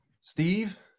steve